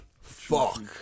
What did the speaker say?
Fuck